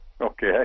Okay